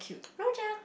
rojak